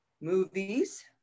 Movies